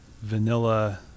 vanilla